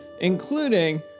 including